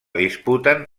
disputen